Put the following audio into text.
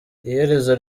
iherezo